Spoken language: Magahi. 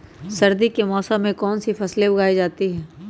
सर्दी के मौसम में कौन सी फसल उगाई जाती है?